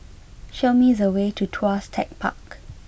show me the way to Tuas Tech Park